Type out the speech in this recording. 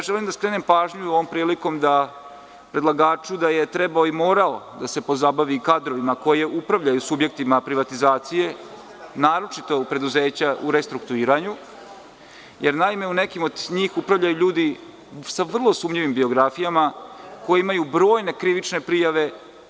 Želim da skrenem pažnju predlagaču ovom prilikom da je trebao i morao da se pozabavi kadrovima koji upravljaju subjektima privatizacije, naročito preduzeća u restrukturiranju, jer u nekima od njih upravljaju ljudi sa vrlo sumnjivim biografijama, koji imaju brojne krivične prijave.